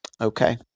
Okay